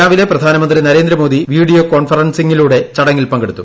രാവിലെ പ്രധാനമന്ത്രി നരേന്ദ്രമോദി വീഡിയോ കോൺഫറൻസിംഗിലുടെ ചടങ്ങിൽ പങ്കെടുത്തു